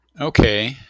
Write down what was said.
Okay